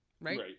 right